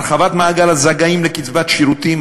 הרחבת מעגל הזכאים לקצבת שירותים,